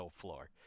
floor